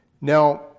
Now